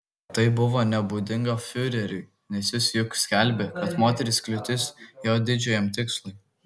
tai buvo nebūdinga fiureriui nes jis juk skelbė kad moterys kliūtis jo didžiajam tikslui